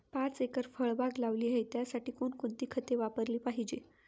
पाच एकर फळबाग लावली आहे, त्यासाठी कोणकोणती खते वापरली पाहिजे?